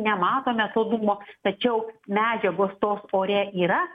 nematome to dūmo tačiau medžiagos tos ore yra